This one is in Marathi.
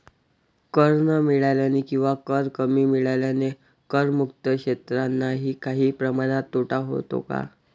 कर न मिळाल्याने किंवा कर कमी मिळाल्याने करमुक्त क्षेत्रांनाही काही प्रमाणात तोटा होतो का?